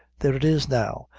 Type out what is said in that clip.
there it is now,